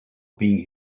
being